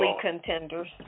contenders